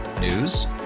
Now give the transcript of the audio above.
News